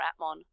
Atmon